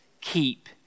keep